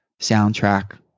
soundtrack